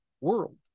world